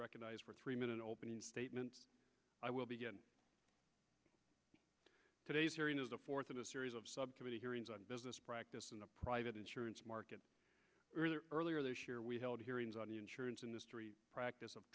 recognized for a three minute opening statement i will begin today's hearing is the fourth of a series of subcommittee hearings on business practice in the private insurance market earlier earlier this year we held hearings on the insurance industry practice